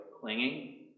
clinging